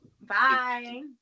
Bye